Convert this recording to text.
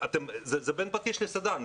זה להיות בין הפטיש לסדן.